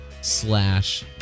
slash